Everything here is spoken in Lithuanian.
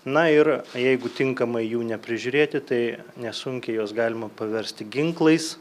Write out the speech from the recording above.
na ir jeigu tinkamai jų neprižiūrėti tai nesunkiai juos galima paversti ginklais